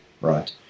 right